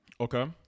Okay